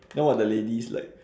then what the ladies like